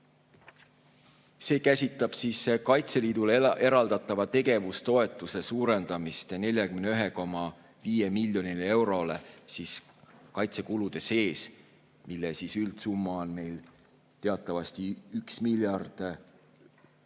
See käsitleb Kaitseliidule eraldatava tegevustoetuse suurendamist 41,5 miljoni euroni kaitsekulude sees, mille üldsumma on meil teatavasti 1 098